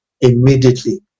immediately